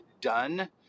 done